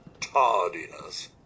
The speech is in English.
tardiness